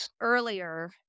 earlier